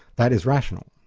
that is rational.